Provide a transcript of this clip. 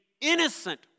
innocent